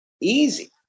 easy